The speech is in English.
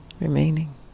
Remaining